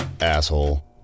Asshole